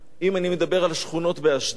אם אני מדבר על שכונות באשדוד,